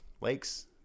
lakes